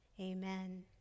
Amen